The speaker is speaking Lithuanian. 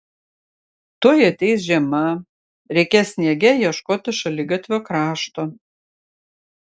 tuoj ateis žiema reikės sniege ieškoti šaligatvio krašto